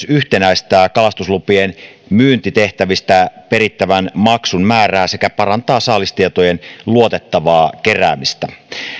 yhtenäistää kalastuslupien myyntitehtävistä perittävän maksun määrää sekä parantaa saalistietojen luotettavaa keräämistä